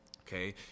Okay